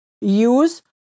Use